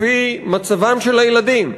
לפי מצבם של הילדים,